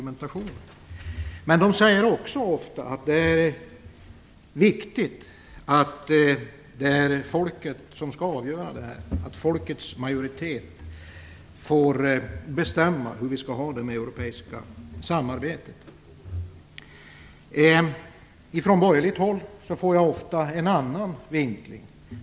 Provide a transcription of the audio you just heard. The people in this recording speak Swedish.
Men de säger också att det är viktigt att folket skall få avgöra det här, att folkets majoritet får bestämma hur vi skall ha det med det europeiska samarbetet. Från borgerligt håll får jag ofta en annan vinkling.